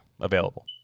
available